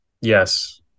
Yes